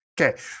Okay